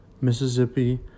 Mississippi